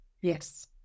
Yes